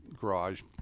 garage